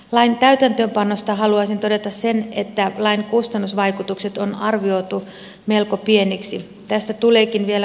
lain täytäntöönpanosta haluaisin todeta sen että lain kustannusvaikutukset on arvioitu melko pieniksi